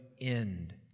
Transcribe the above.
end